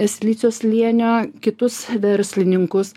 silicio slėnio kitus verslininkus